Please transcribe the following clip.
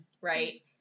right